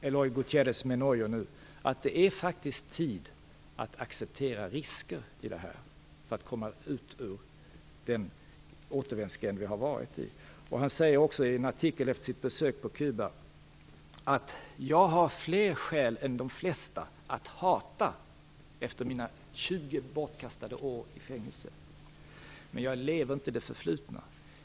Eloy Gutierrez Menoyo säger nu att det faktiskt är tid att acceptera risker i det här, för att komma ut ur den återvändsgränd som vi har varit i. Efter sitt besök på Kuba säger Eloy Gutierrez Menoyo i en artikel: Jag har fler skäl än de flesta att hata efter mina 20 bortkastade år i fängelse, men jag lever inte i det förflutna.